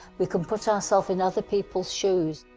we can put ourselves in other people's shoes.